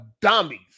dummies